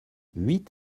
huit